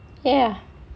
ya